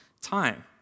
time